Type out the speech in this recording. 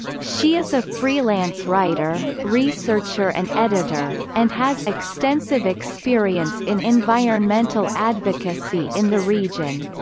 she is a freelance writer, researcher and editor, and has extensive experience in environmental advocacy in the region.